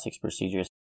procedures